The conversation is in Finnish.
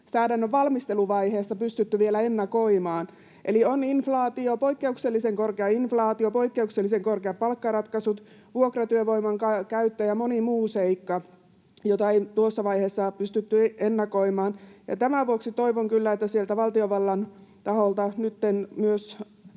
lainsäädännön valmisteluvaiheessa pystytty vielä ennakoimaan, eli on poikkeuksellisen korkea inflaatio, poikkeuksellisen korkeat palkkaratkaisut, vuokratyövoiman käyttö ja moni muu seikka, joita ei tuossa vaiheessa pystytty ennakoimaan. Tämän vuoksi toivon kyllä, että sieltä valtiovallan taholta nytten myös